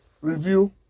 review